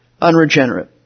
unregenerate